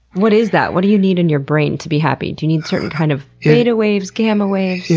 what is that? what do you need in your brain to be happy? do you need certain kind of theta waves gamma waves? yeah